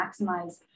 maximize